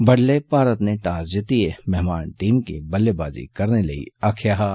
बड्डलै भारत नै टॉस जितिए महमान टीम गी बल्लेवाजी करने लेई आक्खेआ हा